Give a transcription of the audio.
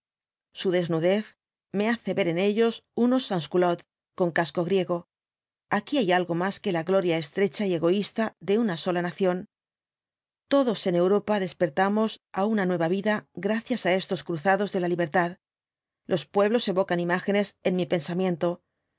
su desnudez me hace ver en ellos unos sanscoulottes con casco griego aquí hay algo más que la gloria estrecha y egoísta de una sola nación todos en europa despertamos á una nueva vida gracias á estos cruzados de la libertad los pueblos evocan imágenes en mi pensamiento